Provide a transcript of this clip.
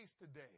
today